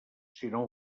sinó